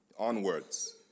onwards